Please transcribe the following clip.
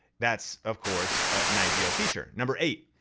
that's of course an ideal feature. number eight,